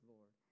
Lord